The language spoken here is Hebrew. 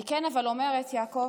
אבל אני כן אומרת, יעקב,